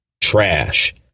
trash